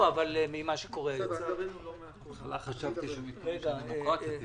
התפקיד שלנו הוא לפקח על עבודת הממשלה.